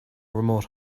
remote